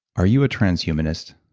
are you a transhumanist?